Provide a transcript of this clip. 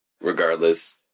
Regardless